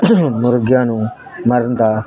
ਮੁਰਗਿਆਂ ਨੂੰ ਮਰਨ ਦਾ